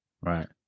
Right